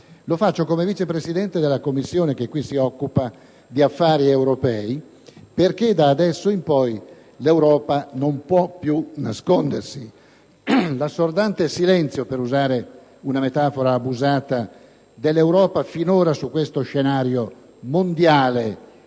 Lo faccio come vice presidente della Commissione che in Senato si occupa di politiche dell'Unione europea, perché da adesso in poi l'Europa non può più nascondersi. L'assordante silenzio - per usare una metafora abusata - dell'Europa finora su questo scenario mondiale,